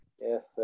yes